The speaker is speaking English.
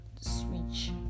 switch